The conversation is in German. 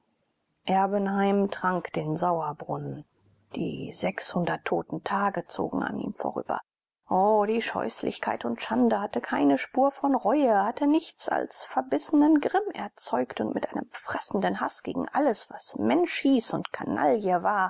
erbenheim trank den sauerbrunnen die toten tage zogen an ihm vorüber o die scheußlichkeit und schande hatte keine spur von reue hatte nichts als verbissenen grimm erzeugt und mit einem fressenden haß gegen alles was mensch hieß und kanaille war